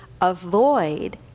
avoid